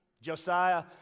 Josiah